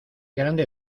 grande